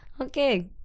okay